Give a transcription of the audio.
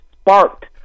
sparked